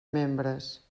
membres